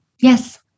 Yes